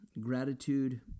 Gratitude